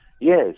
Yes